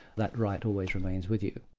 that right always remains with you.